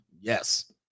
Yes